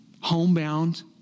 homebound